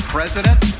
President